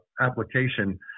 application